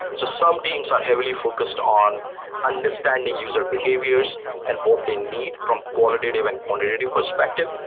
so some teams are heavily focused on understanding user behaviors and what they need from qualitative and quantitative perspective,